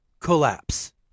collapse